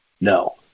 No